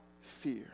fear